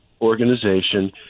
organization